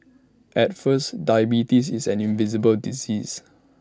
at first diabetes is an invisible disease